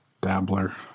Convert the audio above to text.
dabbler